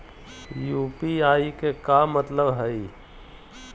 UPI के का मतलब हई?